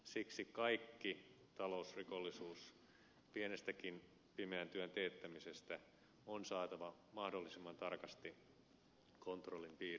siksi kaikki talousrikollisuus pienikin pimeän työn teettäminen on saatava mahdollisimman tarkasti kontrollin piiriin